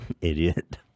Idiot